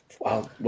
Wow